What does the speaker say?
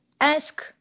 ask